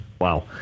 wow